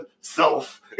self